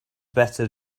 better